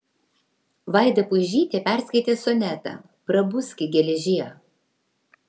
vaida puižytė perskaitė sonetą prabuski geležie